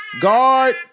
Guard